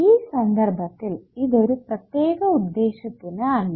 ഈ സന്ദർഭത്തിൽ ഇതൊരു പ്രത്യേക ഉദ്ദേശ്യത്തിനു അല്ല